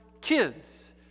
kids